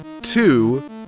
two